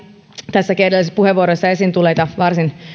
tässäkin edellisissä puheenvuoroissa esiin tulleita varsin